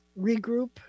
regroup